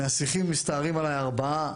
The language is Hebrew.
מהשיחים מסתערים עליי ארבעה